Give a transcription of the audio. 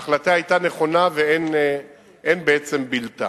ההחלטה היתה נכונה, ואין בעצם בלתה.